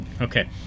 Okay